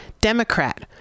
Democrat